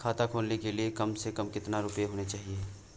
खाता खोलने के लिए कम से कम कितना रूपए होने चाहिए?